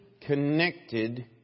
connected